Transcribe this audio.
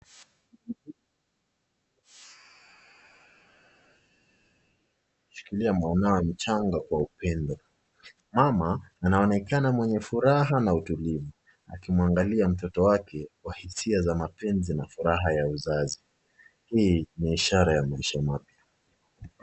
.....Shilikia mwanao mchanga kwa upendo, mama anaonekana mwenye furaha na utulivu, akimwangalia mtoto wake kwa hisia za mapenzi na furaha ya uzazi, hii ishara ya maisha mapya.